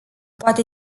poate